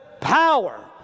power